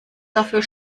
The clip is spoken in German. dafür